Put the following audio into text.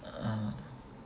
ah